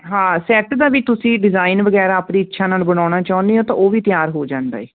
ਹਾਂ ਸੈੱਟ ਦਾ ਵੀ ਤੁਸੀਂ ਡਿਜ਼ਾਇਨ ਵਗੈਰਾ ਆਪਣੀ ਇੱਛਾ ਨਾਲ ਬਣਾਉਣਾ ਚਾਹੁਨੇ ਓ ਤਾਂ ਉਹ ਵੀ ਤਿਆਰ ਹੋ ਜਾਂਦਾ ਏ